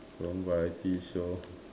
Korean variety shows